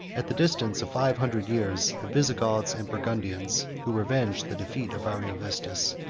at the distance of five hundred years, the visigoths and burgundians, who revenged the defeat of ariovistus,